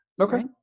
Okay